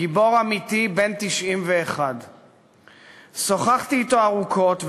גיבור אמיתי בן 91. שוחחתי אתו ארוכות,